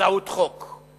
באמצעות חוק,